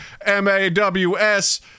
M-A-W-S